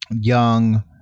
Young